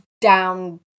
down